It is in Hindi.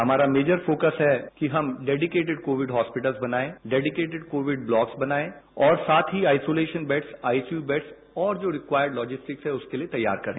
हमारा मेजर फोकस है कि हम डेडिकेटेड कोविड हॉस्पिटल बनाये डेडिकेटेड कोविड ब्लॉकस बनाये और साथ ही आईसोलेशन बेड्स और जो रिक्वायर्ड लॉजिस्टिक्स उसके लिए तैयार करें